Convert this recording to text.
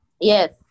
Yes